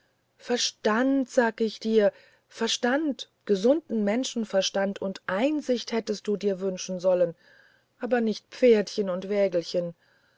verstand sag ich dir verstand gesunden menschenverstand und einsicht hättest du wünschen sollen aber nicht pferdchen und wägelchen